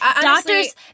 doctors